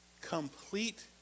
complete